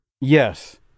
Yes